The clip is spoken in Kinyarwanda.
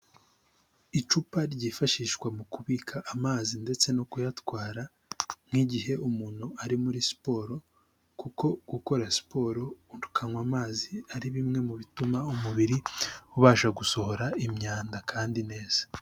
Icupa ryifashishwa mu kubika amazi ndetse no kuyatwara nk'igihe umuntu ari muri siporo, kuko gukora siporo ukanywa amazi ari bimwe mu bituma umubiri ubasha gusohora imyanda kandi neza.